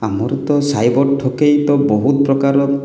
ଆମର ତ ସାଇବର ଠକେଇ ତ ବହୁତ ପ୍ରକାର